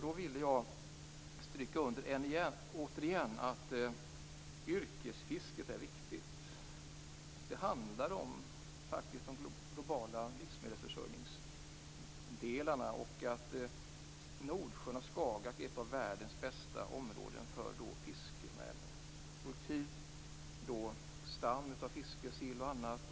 Då vill jag återigen stryka under att yrkesfisket är viktigt. Det handlar faktiskt om delar av global livsmedelsförsörjning. Nordsjön och Skagerrak är ett av världens bästa områden för fiske, med en produktiv stam av fisk, sill och annat.